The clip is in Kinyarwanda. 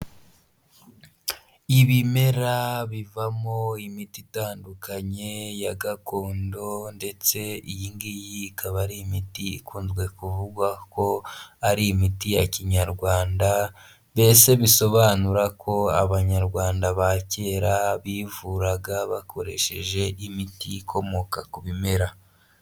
Ibimera bivamo imiti itandukanye ya gakondo ndetse iyi ngiyi ikaba ari imiti ikunzwe kuvugwa ko ari imiti ya kinyarwanda, mbese bisobanura ko abanyarwanda ba kera bivuraga bakoresheje imiti ikomoka ku bimera.